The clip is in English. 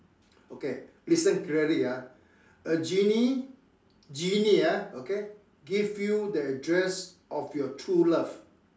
okay listen clearly ah a genie genie ah okay give you the address of your true love